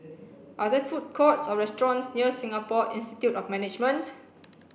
are they food courts or restaurants near Singapore Institute of Management